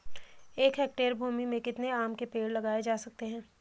एक हेक्टेयर भूमि में कितने आम के पेड़ लगाए जा सकते हैं?